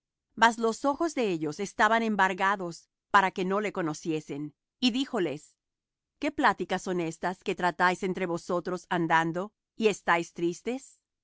mas los ojos de ellos estaban embargados para que no le conociesen y díjoles qué pláticas son estas que tratáis entre vosotros andando y estáis tristes